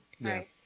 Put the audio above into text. Right